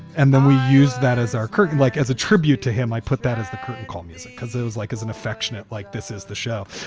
and then we use that as our like as a tribute to him, i put that as the curtain call music because it was like as an affectionate like this is the show.